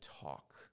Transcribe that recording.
talk